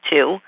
Two